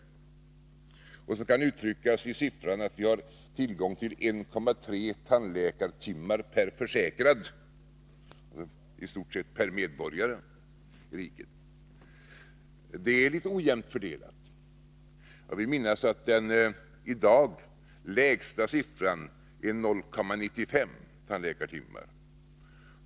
Den privatpraktise kan uttryckas i siffran att vi har tillgång till 1,3 tandläkartimmar per rande tandläkare försäkrad. Det är nästan samma timantal per medborgare i riket. till tandvårdsför Fördelningen är litet ojämn. Jag vill minnas att det i dag lägsta antalet är 0,95 tandläkartimmar.